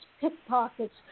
pickpockets